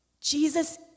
Jesus